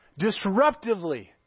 disruptively